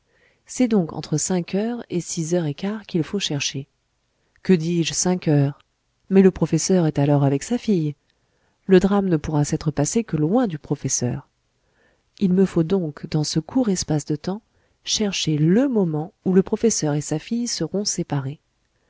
c'est donc entre cinq heures et six heures et quart qu'il faut chercher que dis-je cinq heures mais le professeur est alors avec sa fille le drame ne pourra s'être passé que loin du professeur il me faut donc dans ce court espace de temps chercher le moment où le professeur et sa fille seront séparés